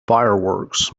fireworks